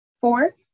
Four